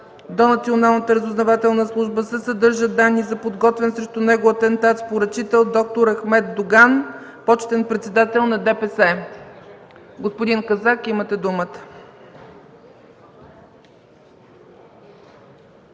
до Националната разузнавателна служба се съдържат данни за подготвен срещу него атентат с поръчител д-р Ахмед Доган – почетен председател на ДПС. Господин Казак, имате думата.